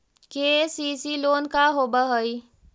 KCC loan का होब हइ?